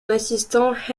assistant